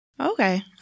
Okay